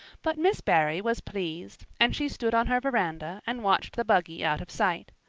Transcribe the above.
but miss barry was pleased, and she stood on her veranda and watched the buggy out of sight.